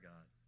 God